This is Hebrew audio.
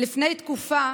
לפני תקופה